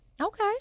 okay